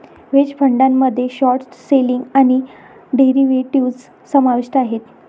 hedge फंडामध्ये short selling आणि derivatives समाविष्ट आहेत